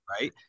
right